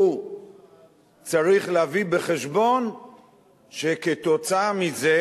הוא צריך להביא בחשבון שכתוצאה מזה